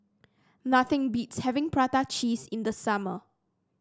nothing beats having Prata Cheese in the summer